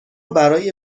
برای